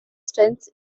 strength